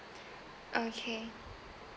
okay